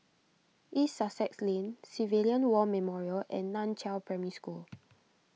East Sussex Lane Civilian War Memorial and Nan Chiau Primary School